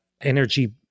Energy